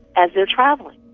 as they are travelling?